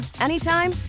anytime